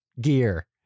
gear